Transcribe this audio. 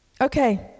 Okay